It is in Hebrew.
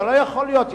זה לא יכול להיות,